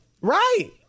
Right